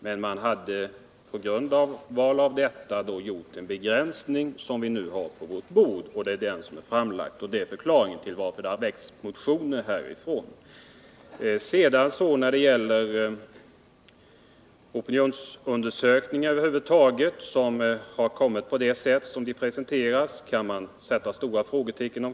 Men man gjorde en begränsning i förslaget, som är framlagt och som vi nu har på vårt bord, och det är förklaringen till att motioner har väckts. När det gäller opinionsundersökningar som har presenterats på det sätt som skett kan man sätta stora frågetecken.